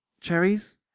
Cherries